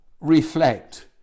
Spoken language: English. reflect